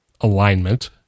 alignment